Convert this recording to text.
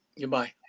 Goodbye